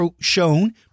shown